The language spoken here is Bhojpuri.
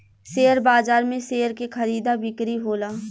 शेयर बाजार में शेयर के खरीदा बिक्री होला